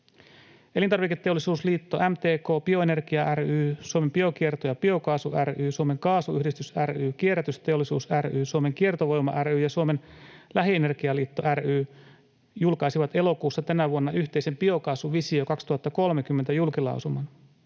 Elintarviketeollisuusliitto, MTK, Bioenergia ry, Suomen Biokierto ja Biokaasu ry, Suomen Kaasuyhdistys ry, Kierrätysteollisuus ry, Suomen Kiertovoima ry ja Suomen Lähienergialiitto ry julkaisivat elokuussa tänä vuonna yhteisen Biokaasuvisio 2030 ‑julkilausuman.